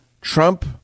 Trump